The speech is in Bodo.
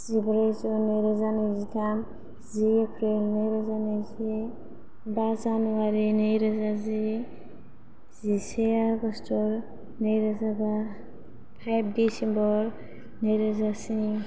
जिब्रै जुन नैरोजा नैजिथाम जि एप्रिल नैरोजानैजि बा जानुवारी नैरोजाजि जिसे आगस्ट नैरोजाबा फाइभ डिसेम्बर नैरोजा स्नि